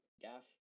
Gaff